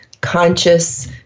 conscious